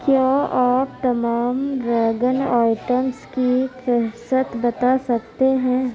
کیا آپ تمام ویگن آئٹمس کی فہست بتا سکتے ہیں